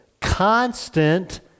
constant